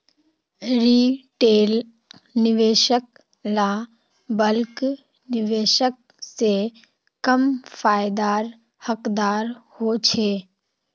retail निवेशक ला bulk निवेशक से कम फायेदार हकदार होछे